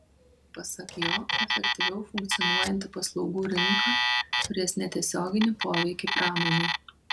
pasak jo efektyviau funkcionuojanti paslaugų rinka turės netiesioginį poveikį pramonei